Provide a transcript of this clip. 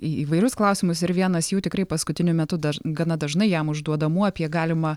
į įvairius klausimus ir vienas jų tikrai paskutiniu metu daž gana dažnai jam užduodamų apie galimą